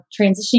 transitioning